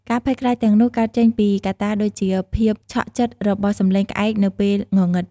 ការភ័យខ្លាចទាំងនោះកើតចេញពីកត្តាដូចជាភាពឆក់ចិត្តរបស់សំឡេងក្អែកនៅពេលងងឹត។